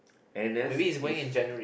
n_s is